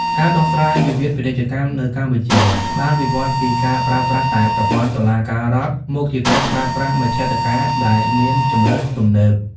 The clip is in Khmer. ការដោះស្រាយវិវាទពាណិជ្ជកម្មនៅកម្ពុជាបានវិវត្តពីការប្រើប្រាស់តែប្រព័ន្ធតុលាការរដ្ឋ មកជាការប្រើប្រាស់មជ្ឈត្តការដែលជាជម្រើសទំនើប។